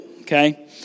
okay